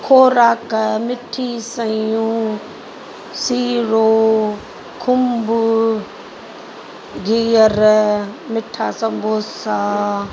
ख़ोराक मिठी सयूं सीरो खुंब गीहर मिठा सम्बोसा